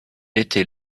était